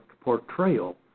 portrayal